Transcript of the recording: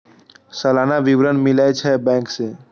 सलाना विवरण मिलै छै बैंक से?